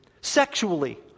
sexually